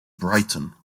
brighton